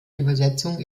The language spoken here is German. übersetzung